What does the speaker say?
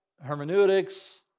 hermeneutics